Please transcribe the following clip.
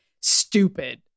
stupid